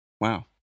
wow